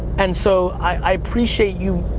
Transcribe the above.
and so i appreciate you,